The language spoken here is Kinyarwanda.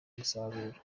umusaruro